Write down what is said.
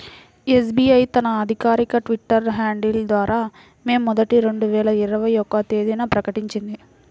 SBI తన అధికారిక Twitter handle ద్వారా మే మొదటి, రెండు వేల ఇరవై ఒక్క తేదీన ప్రకటించింది